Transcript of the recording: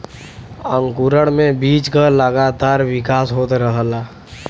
अंकुरण में बीज क लगातार विकास होत रहला